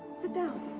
sit down.